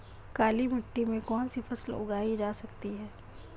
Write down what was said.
काली मिट्टी में कौनसी फसलें उगाई जा सकती हैं?